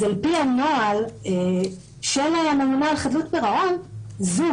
אז על פי הנוהל של הממונה על חדלות פירעון זוג